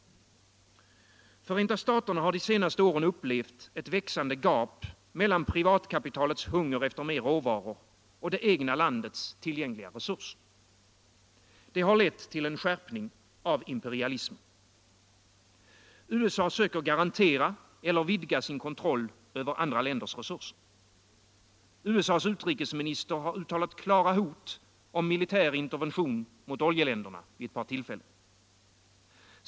Förenta staterna har de senaste åren upplevt ett växande gap mellan privatkapitalets hunger efter mer råvaror och det egna landets tillgängliga resurser. Det har lett till en skärpning av imperialismen. USA söker garantera eller vidga sin kontroll över andra länders resurser. USA:s utrikesminister har uttalat klara hot om militär intervention mot oljeländerna vid ett par tillfällen.